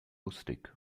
lustig